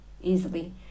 easily